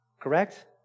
Correct